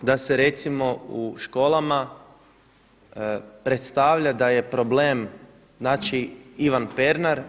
Vidimo da se recimo u školama predstavlja da je problem, znači Ivan Pernar.